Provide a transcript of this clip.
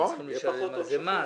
הם צריכים לשלם על זה מס.